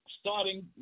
starting